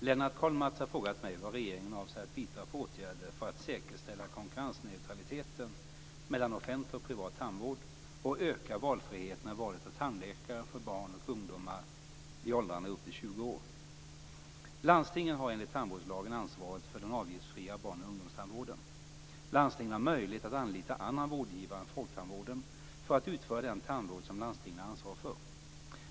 Herr talman! Lennart Kollmats har frågat mig vad regeringen avser att vidta för åtgärder för att säkerställa konkurrensneutraliteten mellan offentlig och privat tandvård och öka valfriheten i valet av tandläkare för barn och ungdomar i åldrarna upp till 20 år. Landstingen har möjlighet att anlita annan vårdgivare än folktandvården för att utföra den tandvård som landstingen har ansvaret för.